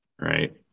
Right